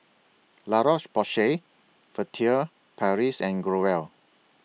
La Roche Porsay Furtere Paris and Growell